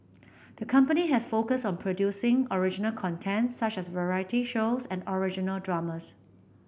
the company has focused on producing original content such as variety shows and original dramas